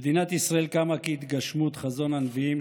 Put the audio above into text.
מדינת ישראל קמה כהתגשמות חזון הנביאים,